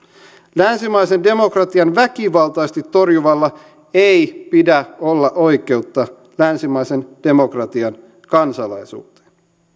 länsimaisen demokratian väkivaltaisesti torjuvalla ei pidä olla oikeutta länsimaisen demokratian kansalaisuuteen